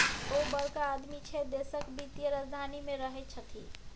ओ बड़का आदमी छै देशक वित्तीय राजधानी मे रहैत छथि